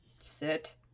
Sit